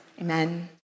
Amen